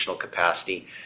capacity